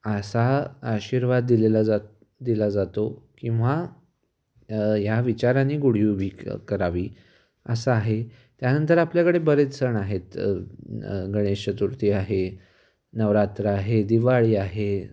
असा आशीर्वाद दिलेला जात दिला जातो किंवा ह्या विचारानी गुढी उभी करावी असं आहे त्यानंतर आपल्याकडे बरेच सण आहेत गणेश चतुर्थी आहे नवरात्र आहे दिवाळी आहे